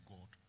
God